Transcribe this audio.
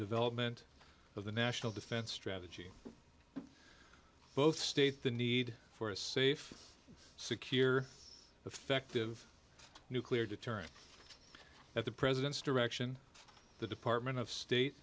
development of the national defense strategy both state the need for a safe secure effective nuclear deterrent at the president's direction the department of state